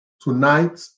tonight